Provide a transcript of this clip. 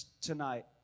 tonight